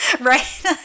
Right